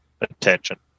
attention